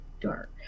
dark